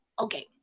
okay